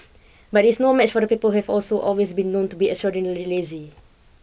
but it is no match for the people have also always been known to beextraordinarilylazy